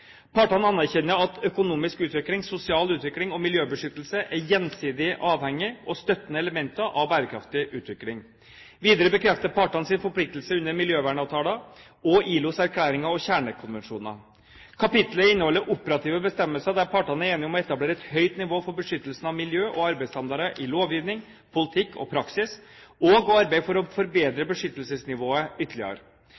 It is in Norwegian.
Partene anerkjenner at økonomisk utvikling, sosial utvikling og miljøbeskyttelse er gjensidig avhengige og støttende elementer av bærekraftig utvikling. Videre bekrefter partene sine forpliktelser under miljøvernavtaler og i ILOs erklæringer og kjernekonvensjoner. Kapitlet innholder operative bestemmelser der partene er enige om å etablere et høyt nivå for beskyttelsen av miljøet og arbeidsstandarder i lovgivning, politikk og praksis og å arbeide for å forbedre